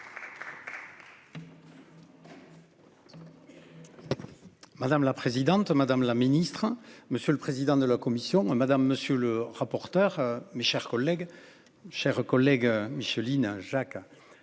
Madame la présidente, madame la ministre, monsieur le président de la commission. Madame, monsieur le rapporteur. Mes chers collègues. Chers collègues Micheline hein. Jacques.